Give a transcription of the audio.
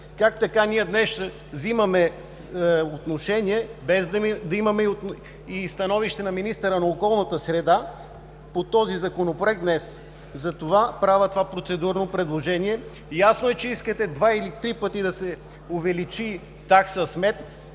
Как така днес ние ще вземаме отношение, без да имаме и становище на министъра на околната среда по този Законопроект?! Затова правя процедурното предложение. Ясно е, че искате два или три пъти да се увеличи такса смет